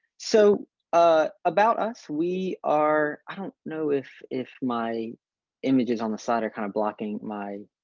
so a about us. we are. i don't know if if my images on the side are kind of blocking my